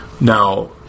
now